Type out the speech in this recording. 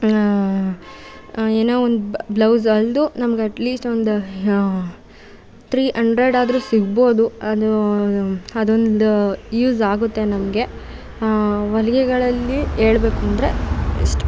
ಏನೋ ಒಂದು ಬ್ಲೌಸ್ ಹೊಲಿದು ನಮಗೆ ಅಟ್ಲೀಸ್ಟ್ ಒಂದು ಥ್ರೀ ಅಂಡ್ರೆಡ್ ಆದರೂ ಸಿಗ್ಬೋದು ಅದು ಅದೊಂದು ಯೂಸ್ ಆಗುತ್ತೆ ನಮಗೆ ಹೊಲಿಗೆಗಳಲ್ಲಿ ಹೇಳ್ಬೇಕೂಂದ್ರೆ ಇಷ್ಟೇ